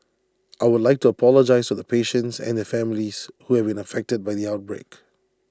I would like to apologise to the patients and their families who have been affected by the outbreak